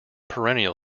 perennial